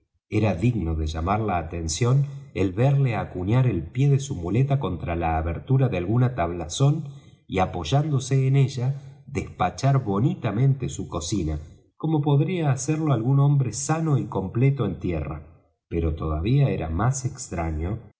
era digno de llamar la atención el verle acuñar el pie de su muleta contra la abertura de alguna tablazón y apoyándose en ella despachar bonitamente su cocina como podría hacerlo algún hombre sano y completo en tierra pero todavía era más extraño